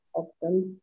options